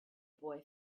boy